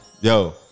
Yo